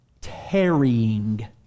tarrying